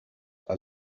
are